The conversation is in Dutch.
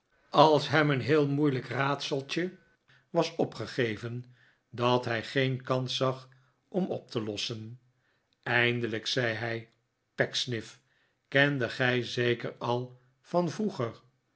als hem een heel moeilijk raadseltje was opgegeven dat hij geen kans zag om op te lossen eindelijk zei hij pecksniff kendet gij zeker al van vroeger